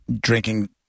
drinking